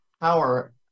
power